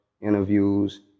interviews